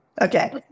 Okay